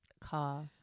car